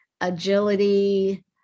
agility